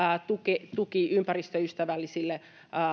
tuki tuki ympäristöystävällisille